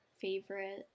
favorite